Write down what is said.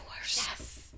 yes